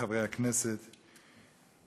חברי הכנסת,